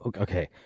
Okay